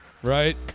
right